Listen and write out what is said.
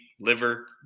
liver